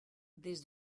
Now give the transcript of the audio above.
des